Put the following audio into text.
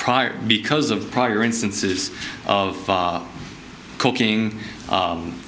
prior because of prior instances of cooking